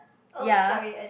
ya